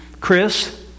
Chris